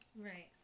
Right